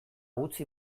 utzi